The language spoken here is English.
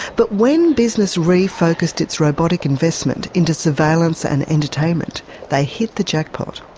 but when business re-focused its robotic investment into surveillance and entertainment they hit the jackpot.